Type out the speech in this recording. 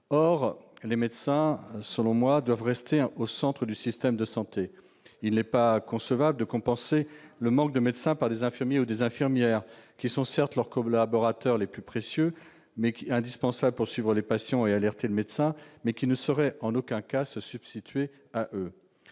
Or ceux-ci doivent, selon moi, rester au centre du système de santé. Il n'est pas concevable de compenser le manque de médecins par le recours à des infirmiers ou des infirmières, qui sont, certes, leurs collaborateurs les plus précieux, indispensables pour suivre les patients et donner les alertes, mais qui ne sauraient en aucun cas se substituer à eux.